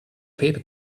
paper